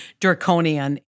draconian